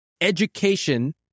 education